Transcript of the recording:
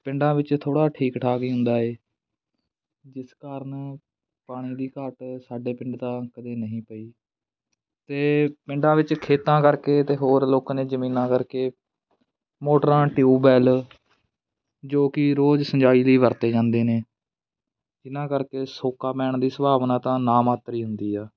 ਪਿੰਡਾਂ ਵਿੱਚ ਥੋੜ੍ਹਾ ਠੀਕ ਠਾਕ ਹੀ ਹੁੰਦਾ ਹੈ ਜਿਸ ਕਾਰਨ ਪਾਣੀ ਦੀ ਘਾਟ ਸਾਡੇ ਪਿੰਡ ਤਾਂ ਕਦੇ ਨਹੀਂ ਪਈ ਅਤੇ ਪਿੰਡਾਂ ਵਿੱਚ ਖੇਤਾਂ ਕਰਕੇ ਅਤੇ ਹੋਰ ਲੋਕਾਂ ਨੇ ਜ਼ਮੀਨਾਂ ਕਰਕੇ ਮੋਟਰਾਂ ਟਿਊਬਵੈੱਲ ਜੋ ਕਿ ਰੋਜ਼ ਸਿੰਜਾਈ ਲਈ ਵਰਤੇ ਜਾਂਦੇ ਨੇ ਜਿਨ੍ਹਾਂ ਕਰਕੇ ਸੋਕਾ ਪੈਣ ਦੀ ਸੰਭਾਵਨਾ ਤਾਂ ਨਾਮਾਤਰ ਹੀ ਹੁੰਦੀ ਆ